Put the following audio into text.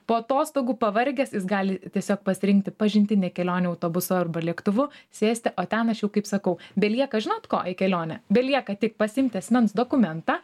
po atostogų pavargęs jis gali tiesiog pasirinkti pažintinę kelionę autobusu arba lėktuvu sėsti o ten aš jau kaip sakau belieka žinot ko į kelionę belieka tik pasiimti asmens dokumentą